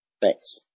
Thanks